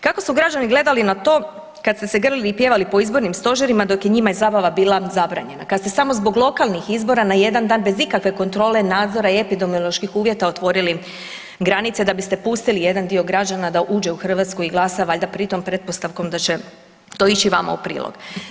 Kako su građani gledali na to kad ste se grlili i pjevali po izbornim stožerima dok je njima zabava bila zabranjena, kad ste samo zbog lokalnih izbora na jedan dan bez ikakve kontrole nadzora i epidemioloških uvjeta otvorili granice da biste pustili jedan dio građana da uđe u Hrvatsku i glasa valjda pritom, pretpostavkom da će to ići vama u prilog?